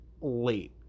late